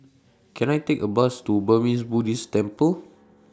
Can I Take A Bus to Burmese Buddhist Temple